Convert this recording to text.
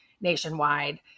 nationwide